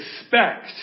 expect